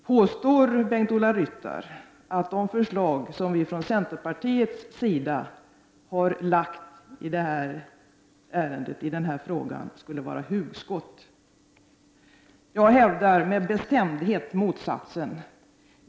Påstår Bengt-Ola Ryttar att de förslag som vi från centerpartiets sida har lagt fram i den här frågan skulle vara hugskott? Jag hävdar med bestämdhet motsatsen.